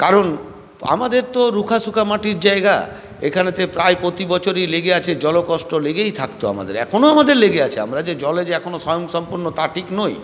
কারণ আমাদের তো রুখা শুখা মাটির জায়গা এখানে প্রায় প্রতি বছরই লেগে আছে জলকষ্ট লেগেই থাকতো আমাদের এখনও আমাদের লেগেই আছে আমরা যে জলে যে এখনও স্বয়ংসম্পূর্ণ তা ঠিক নই